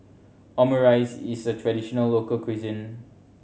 omurice is a traditional local cuisine